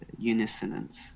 unisonance